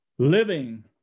living